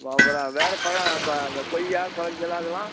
வேறு பழம் இந்த கொய்யா கொளஞ்சியெல்லாம் இதல்லாம்